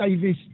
Davis